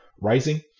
rising